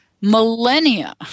millennia